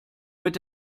mit